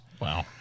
Wow